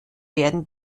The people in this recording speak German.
werden